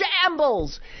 shambles